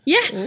Yes